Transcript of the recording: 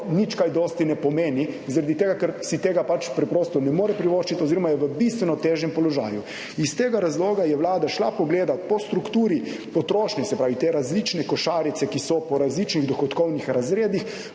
nič kaj dosti ne pomeni, zaradi tega, ker si tega pač preprosto ne more privoščiti oziroma je v bistveno težjem položaju. Iz tega razloga je Vlada šla pogledat po strukturi potrošnje, se pravi te različne košarice, ki so po različnih dohodkovnih razredih,